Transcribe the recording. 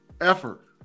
Effort